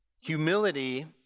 Humility